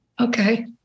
Okay